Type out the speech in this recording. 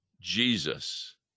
Jesus